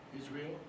Israel